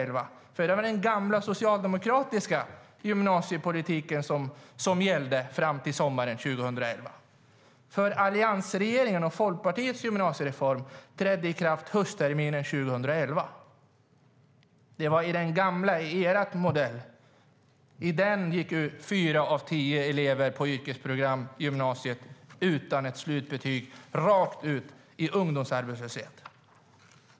Det var nämligen den gamla socialdemokratiska gymnasiepolitiken som gällde fram till sommaren 2011. Alliansregeringens och Folkpartiets gymnasiereform trädde i kraft höstterminen 2011. Det var i den gamla modellen, er modell, som fyra av tio elever gick ut yrkesprogram på gymnasiet utan slutbetyg, rakt ut i ungdomsarbetslöshet.